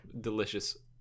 delicious